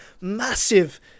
massive